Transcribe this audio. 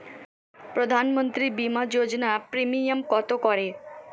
প্রধানমন্ত্রী বিমা যোজনা প্রিমিয়াম কত করে?